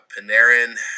Panarin